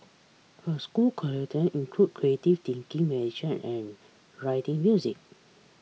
her school curriculum include creative thinking meditation and writing music